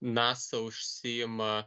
nasa užsiima